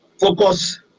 focus